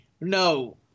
no